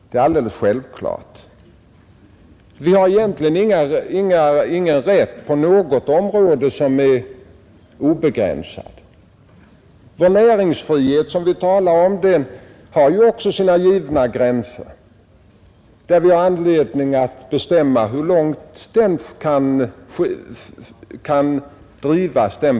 Det finns egentligen inte någon obegränsad rätt på något område. Vår näringsfrihet, som vi så ofta talar om, har också sina givna gränser, där vi har anledning att ta ställning till hur långt den principen kan drivas.